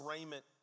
raiment